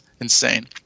insane